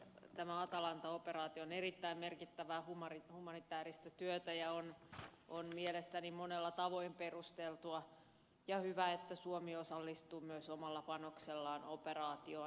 tämä atalanta operaatio on erittäin merkittävää humanitääristä työtä ja on mielestäni monella tavoin perusteltua ja hyvä että myös suomi osallistuu omalla panoksellaan operaatioon